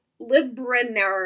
Librarian